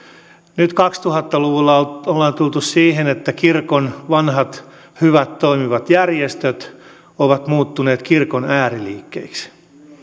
nyt kaksituhatta luvulla on tultu siihen että kirkon vanhat hyvät toimivat järjestöt ovat muuttuneet kirkon ääriliikkeiksi